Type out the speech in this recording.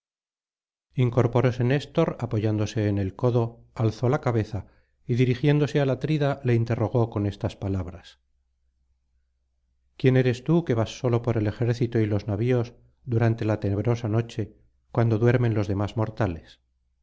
incorporóse néstor apoyándose en el codo alzó la cabeza y dirigiéndose al atrida le interrogó con estas palabras quién eres tú que vas solo por el ejército y los navios durante la tenebrosa noche cuando duermen los demás mortales